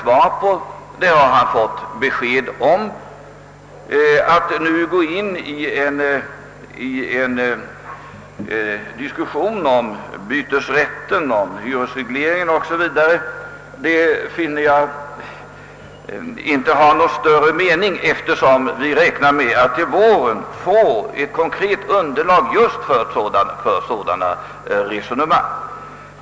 Jag anser inte att det har någon större mening att nu gå in i en diskussion om bytesrätten, hyresregleringen 0. S. Vv., eftersom vi räknar med att det till våren skall finnas ett konkret underlag just för sådana resonemang.